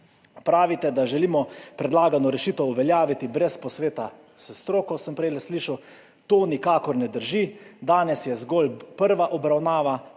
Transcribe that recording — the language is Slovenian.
Pravite, da želimo predlagano rešitev uveljaviti brez posveta s stroko, sem prej slišal. To nikakor ne drži. Danes je zgolj prva obravnava